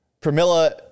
Pramila